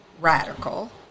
radical